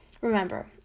Remember